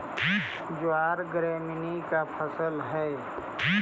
ज्वार ग्रैमीनी का फसल हई